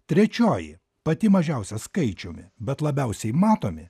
trečioji pati mažiausia skaičiumi bet labiausiai matomi